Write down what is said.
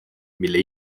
mille